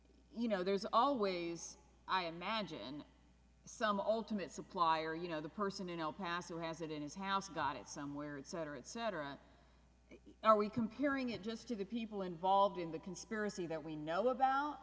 you know there's always i imagine some alternate supplier you know the person in el paso has it in his house got it somewhere it's owner etc are we comparing it just to the people involved in the conspiracy that we know about